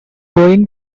going